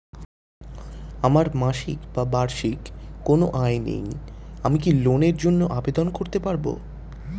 আমার মাসিক বা বার্ষিক কোন আয় নেই আমি কি লোনের জন্য আবেদন করতে পারব?